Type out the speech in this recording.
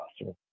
awesome